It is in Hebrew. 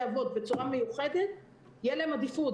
אבות בצורה מיוחדת תהיה להם עדיפות,